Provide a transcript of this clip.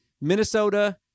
Minnesota